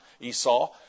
Esau